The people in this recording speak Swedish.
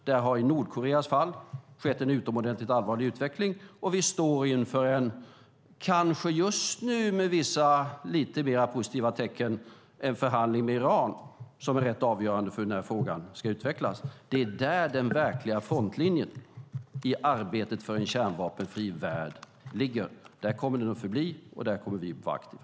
Där har det i Nordkoreas fall skett en utomordentligt allvarlig utveckling, och vi står inför en förhandling med Iran - kanske just nu med vissa lite mer positiva förtecken - som är rätt avgörande för hur frågan ska utvecklas. Det är där den verkliga frontlinjen i arbetet för en kärnvapenfri värld ligger. Där kommer den att förbli, och där kommer vi att vara aktiva.